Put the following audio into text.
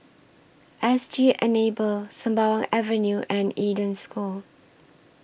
S G Enable Sembawang Avenue and Eden School